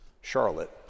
Charlotte